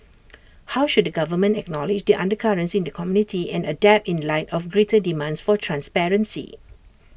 how should the government acknowledge the undercurrents in the community and adapt in light of greater demands for transparency